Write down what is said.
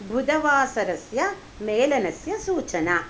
बुधवासरस्य मेलनस्य सूचना